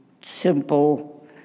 simple